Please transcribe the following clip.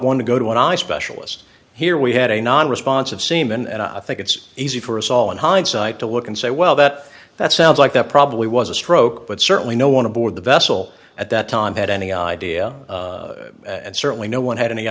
one to go to an eye specialist here we had a non responsive seaman and i think it's easy for us all in hindsight to look and say well that that sounds like that probably was a stroke but certainly no one aboard the vessel at that time had any idea and certainly no one had any